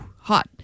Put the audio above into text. hot